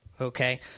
Okay